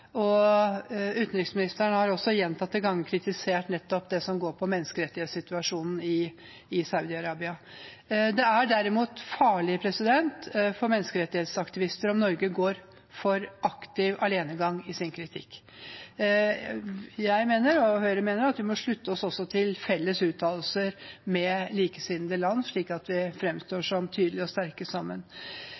og utenriksministeren har også gjentatte ganger kritisert nettopp det som går på menneskerettighetssituasjonen i Saudi-Arabia. Det er derimot farlig for menneskerettighetsaktivister om Norge går for aktiv alenegang i sin kritikk. Jeg mener, og Høyre mener, at vi må slutte oss til felles uttalelser med likesinnede land, slik at vi framstår som tydelige og sterke sammen.